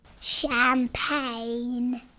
champagne